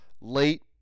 late